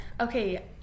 okay